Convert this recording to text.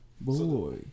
boy